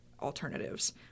alternatives